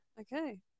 Okay